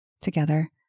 together